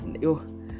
yo